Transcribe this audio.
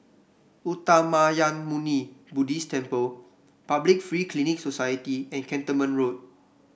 Uttamayanmuni Buddhist Temple Public Free Clinic Society and Cantonment Road